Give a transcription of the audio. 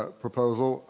ah proposal,